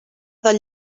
del